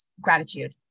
gratitude